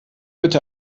bitte